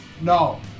No